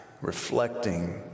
reflecting